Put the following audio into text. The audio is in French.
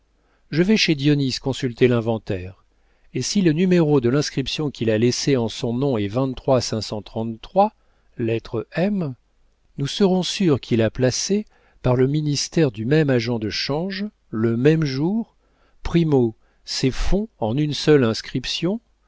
je vais chez dionis consulter l'inventaire et si le numéro de l'inscription qu'il a laissée en son nom et l nous serons sûrs qu'il a placé par le ministère du même agent de change le même jour primo ses fonds en une seule inscription